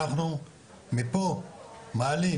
אנחנו מפה מעלים,